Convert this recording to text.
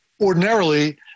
Ordinarily